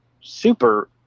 super